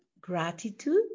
gratitude